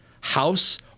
house